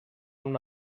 una